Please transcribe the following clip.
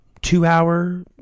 two-hour